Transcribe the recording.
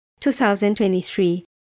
2023